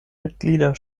mitglieder